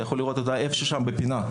אתה יכול לראות אותה איפשהו שם בפינה.